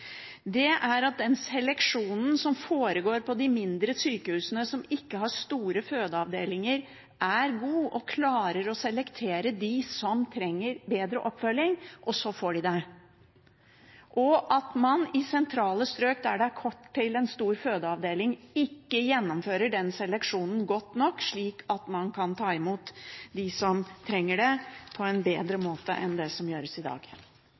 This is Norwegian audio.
de mindre sykehusene, som ikke har store fødeavdelinger, er god – de klarer å selektere dem som trenger bedre oppfølging, og så får de det – og at man i sentrale strøk, der det er kort veg til en stor fødeavdeling, ikke gjennomfører den seleksjonen godt nok, slik at man der kan ta imot dem som trenger det, på en bedre måte enn det som gjøres i dag.